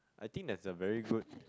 I think there is a very good